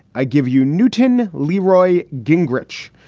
i give you newton leroy gingrich,